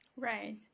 Right